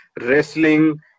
wrestling